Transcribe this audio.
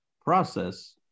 process